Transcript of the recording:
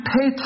pay